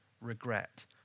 regret